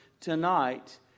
tonight